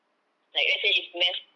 like let's say if math